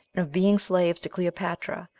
and of being slaves to cleopatra,